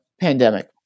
pandemic